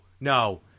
no